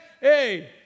Hey